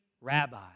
rabbi